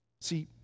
See